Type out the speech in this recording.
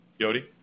Yodi